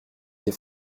des